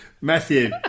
Matthew